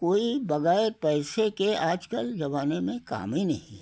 कोई वगैर पैसे के आज कल जमाने में कामे नहीं है